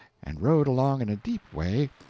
and rode along in a deep way,